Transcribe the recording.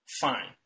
Fine